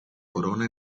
corona